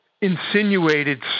insinuated